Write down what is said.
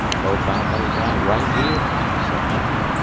hope i may die right here, said harvey,